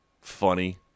funny